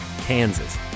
Kansas